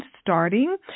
starting